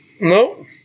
No